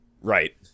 Right